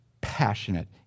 passionate